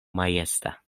majesta